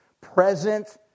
present